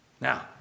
Now